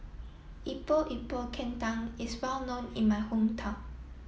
Epok Epok Kentang is well known in my hometown